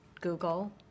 Google